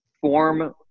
form